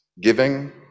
giving